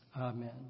Amen